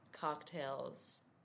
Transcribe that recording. cocktails